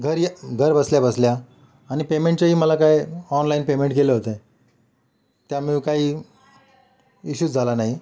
घरये घरबसल्या बसल्या आणि पेमेंटचंही मला काय ऑनलाईन पेमेंट केलं होते त्यामुळे काही इश्यूज झाला नाही